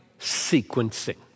sequencing